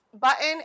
Button